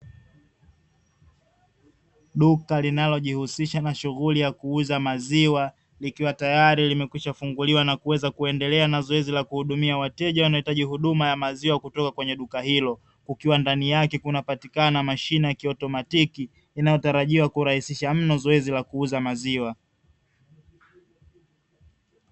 Duka linalojihusisha na shughuli ya kuuza maziwa likiwa tayari limekwishafunguliwa na kuweza kuhudumia wateja wanaohitaji huduma ya maziwa kutoka katika duka hilo kukiwa ndani yake kunapatikana mashine ya kiotomatiki inayotarajiwa kurahisisha mno zoezi la kuuza maziwa.